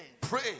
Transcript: pray